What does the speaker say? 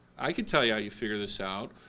i could tell you how you figure this out,